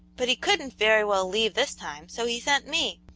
but he couldn't very well leave this time, so he sent me,